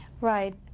Right